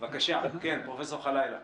בבקשה, פרופ' ח'לאילה.